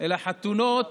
אלא חתונות